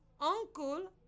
uncle